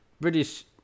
British